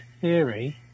theory